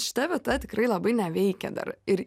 šita vieta tikrai labai neveikia dar ir